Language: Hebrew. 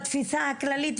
בתפיסה הכללית,